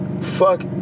fuck